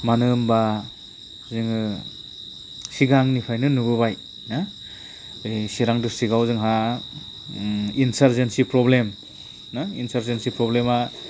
मानो होनबा जोङो सिगांनिफ्रायनो नुबोबाय ना बे चिरां डिस्ट्रिक्टआव जोंहा इनसारजेन्सि प्रब्लेम आ